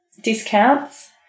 discounts